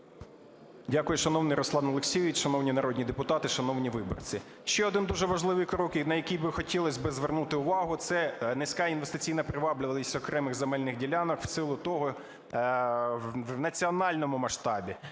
Дякую. Шановний Руслан Олексійович, шановні народні депутати, шановні виборці, ще один дуже важливий крок, на який би хотілось би звернути увагу, це низька інвестиційна привабливість окремих ділянок в силу того, в національному масштабі.